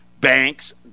banks